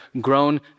grown